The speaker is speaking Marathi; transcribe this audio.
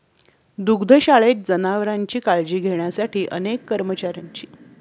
दुग्धशाळेत जनावरांची काळजी घेण्यासाठी अनेक कर्मचाऱ्यांची आवश्यकता असते